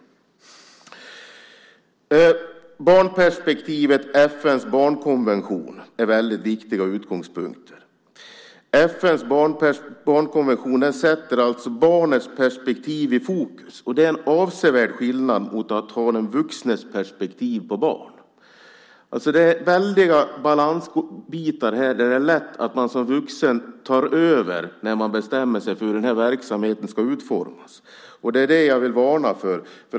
Barnperspektivet och FN:s barnkonvention är viktiga utgångspunkter. FN:s barnkonvention sätter barnets perspektiv i fokus. Det är en avsevärd skillnad mot att ha den vuxnes perspektiv på barn. Det gäller att balansera detta. Det är lätt att man som vuxen tar över när man bestämmer sig för hur verksamheten ska utformas. Det är det jag vill varna för.